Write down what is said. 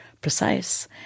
precise